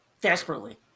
desperately